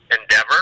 endeavor